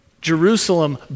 Jerusalem